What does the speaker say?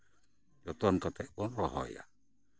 ᱡᱚᱛᱚᱱ ᱠᱟᱛᱮᱜ ᱵᱚᱱ ᱨᱚᱦᱚᱭᱟ